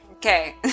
Okay